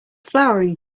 flowering